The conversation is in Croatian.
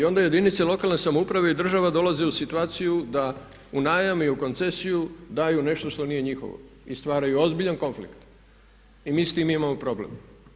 I onda jedinice lokalne samouprave i država dolaze u situaciju da u najam i u koncesiju daju nešto što nije njihovo i stvaraju ozbiljan konflikt i mi sa time imamo problem.